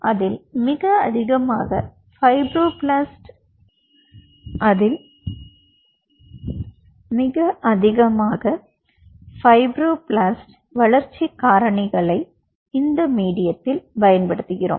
அதில் மிக அதிகமாக பைப்ரோபிளாஸ்ட வளர்ச்சி காரணிகளை இந்த மீடியத்தில் பயன்படுத்துகிறோம்